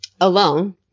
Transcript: alone